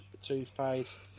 toothpaste